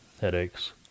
Headaches